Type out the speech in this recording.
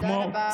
תודה רבה.